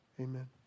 Amen